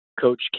coach